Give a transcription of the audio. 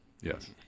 Yes